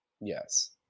Yes